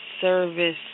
service